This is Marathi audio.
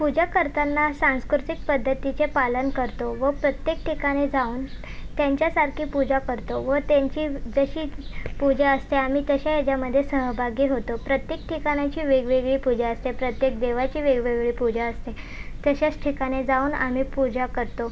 पूजा करताना सांस्कृतिक पद्धतीचे पालन करतो व प्रत्येक ठिकाणी जाऊन त्यांच्यासारखी पूजा करतो व त्यांची जशी पूजा असते आम्ही तशा ह्याच्यामध्ये सहभागी होतो प्रत्येक ठिकाणांची वेगवेगळी पूजा असते प्रत्येक देवाची वेगवेगळी पूजा असते तशाच ठिकाणी जाऊन आम्ही पूजा करतो